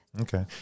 okay